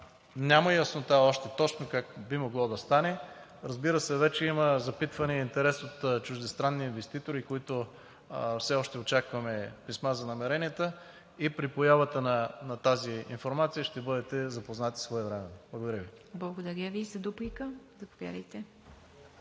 Няма яснота точно как би могло да стане. Разбира се, вече има запитване и интерес от чуждестранни инвеститори, от които все още очакваме писма за намеренията. При появата на тази информация ще бъдете запознати своевременно. Благодаря Ви. ПРЕДСЕДАТЕЛ